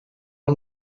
the